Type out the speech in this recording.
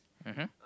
mmhmm